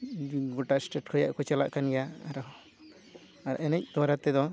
ᱜᱚᱴᱟ ᱮᱥᱴᱮᱴ ᱨᱮᱭᱟᱜ ᱪᱟᱞᱟᱜ ᱠᱟᱱ ᱜᱮᱭᱟ ᱟᱨᱚ ᱟᱨ ᱮᱱᱮᱡ ᱫᱳᱣᱟᱨᱟ ᱛᱮᱫᱚ